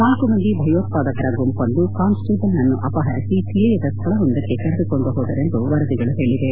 ನಾಲ್ಕು ಮಂದಿ ಭಯೋತ್ಪಾದಕರ ಗುಂಪೊಂದು ಕಾನ್ಸ್ ಟೇಬಲ್ ನನ್ನು ಅಮಪರಿಸಿ ತಿಳಿಯದ ಸ್ಥಳವೊಂದಕ್ಕೆ ಕರೆದುಕೊಂಡು ಪೋದರೆಂದು ವರದಿಗಳು ಪೇಳವೆ